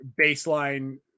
baseline